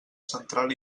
central